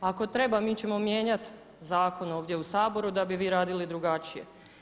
Ako treba mi ćemo mijenjati zakon ovdje u Saboru da bi vi radili drugačije.